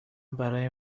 برای